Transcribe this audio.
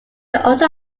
also